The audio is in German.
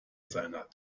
seiner